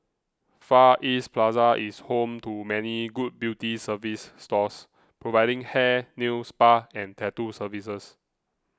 Far East Plaza is home to many good beauty service stores providing hair nail spa and tattoo services